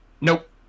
Nope